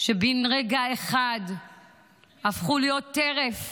שבן רגע אחד הפכו להיות טרף